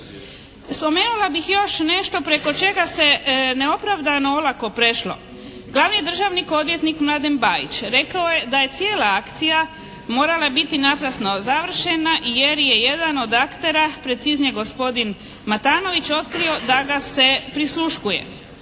Spomenula bih još nešto preko čega se ne opravdano olako prešlo. Glavni državni odvjetnik Mladen Bajić rekao je da je cijela akcija morala biti naprasno završena jer je jedan od aktera, preciznije gospodin Matanović otkrio da ga se prisluškuje.